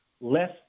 less